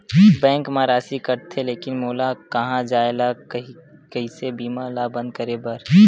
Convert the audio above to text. Bank मा राशि कटथे लेकिन मोला कहां जाय ला कइसे बीमा ला बंद करे बार?